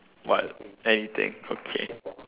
what anything okay